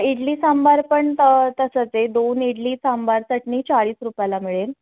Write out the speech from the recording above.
इडली सांबार पण तर तसंच आहे दोन इडली सांबार चटणी चाळीस रुपयाला मिळेल